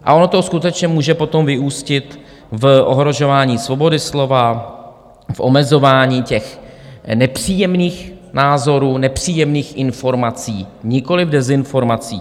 A ono to skutečně může potom vyústit v ohrožování svobody slova, v omezování nepříjemných názorů, nepříjemných informací, nikoliv dezinformací.